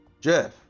Jeff